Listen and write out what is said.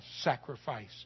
sacrifice